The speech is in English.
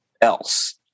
else